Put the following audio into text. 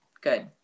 good